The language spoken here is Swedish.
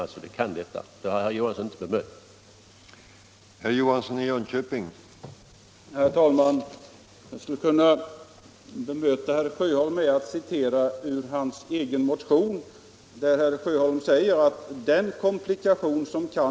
I detta fall kan det ske utan komplikationer —- det har herr Johansson inte kunnat bestrida.